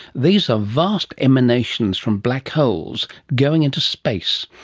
these are vast emanations from black holes going into space.